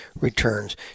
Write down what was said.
returns